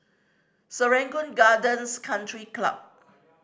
Serangoon Gardens Country Club